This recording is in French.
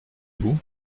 vous